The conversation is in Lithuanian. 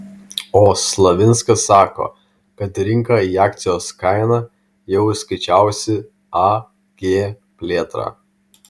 o slavinskas sako kad rinka į akcijos kainą jau įskaičiavusi ag plėtrą